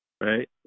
Right